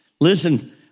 Listen